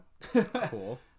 Cool